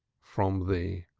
from thee.